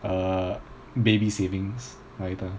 uh baby savings 来的